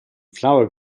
flower